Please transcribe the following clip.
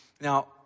Now